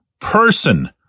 person